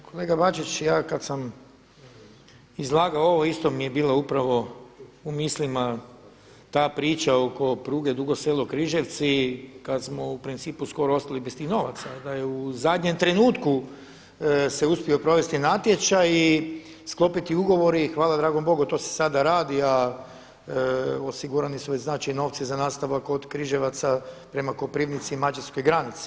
Pa kolega Bačić ja kada sam izlagao ovo isto mi je bilo upravo u mislima ta priča oko pruge Dugo Selo-Križevci kada smo u principu skoro ostali bez tih novaca, da je u zadnjem trenutku se uspio provesti natječaj i sklopiti ugovori i hvala dragom Bogu to se sada radi a osigurani su već znači i novci za nastavak od Križevaca prema Koprivnici i Mađarskoj granici.